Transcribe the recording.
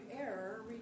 error